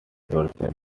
yourself